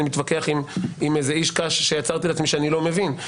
מתווכח עם איזה איש קש שיצרתי לעצמי שאני לא מבין.